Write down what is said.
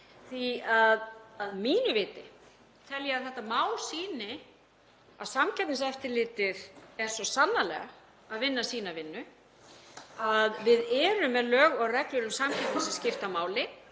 því að mínu viti tel ég að þetta mál sýni að Samkeppniseftirlitið er svo sannarlega að vinna sína vinnu, að við erum með lög og reglur um samkeppni sem skipta máli.